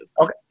Okay